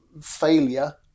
failure